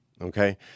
Okay